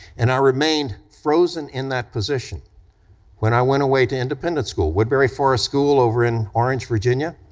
and i remained frozen in that position when i went away to independent school, woodberry forest school over in orange, virginia.